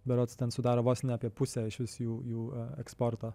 berods ten sudaro vos ne apie pusę išvis jų jų eksporto